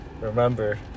Remember